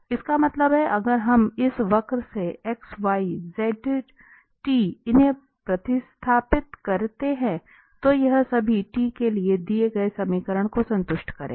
इसका मतलब है अगर हम इस वक्र से xyz इन्हें प्रतिस्थापित करते हैं तो यह सभी t के लिए दिए गए समीकरण को संतुष्ट करेगा